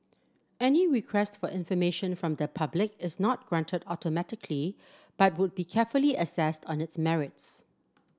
any request for information from the public is not granted automatically but would be carefully assessed on its merits